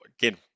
again